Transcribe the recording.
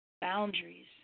Boundaries